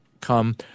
come